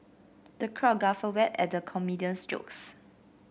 the crowd guffawed at the comedian's jokes